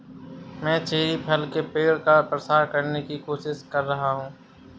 मैं चेरी फल के पेड़ का प्रसार करने की कोशिश कर रहा हूं